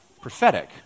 prophetic